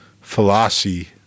philosophy